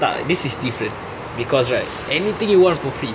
tak this is different because right anything you want for free